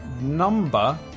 number